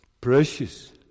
Precious